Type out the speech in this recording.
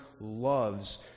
loves